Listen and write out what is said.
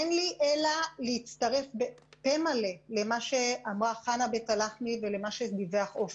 אין לי אלא להצטרף בפה מלא למה שאמרה חנה בית הלחמי ולמה שדיווח אופק.